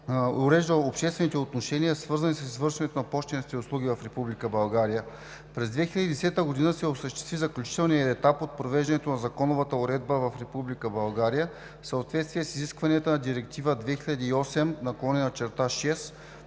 урежда обществените отношения, свързани с извършването на пощенски услуги в Република България. През 2010 г. се осъществи заключителният етап от провеждането на законовата уредба в Република България в съответствие с изискванията на Директива 2008/6/ЕО на